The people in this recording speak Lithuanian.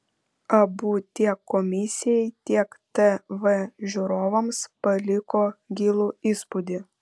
abu tiek komisijai tiek tv žiūrovams paliko gilų įspūdį